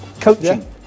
coaching